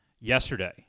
yesterday